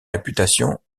réputation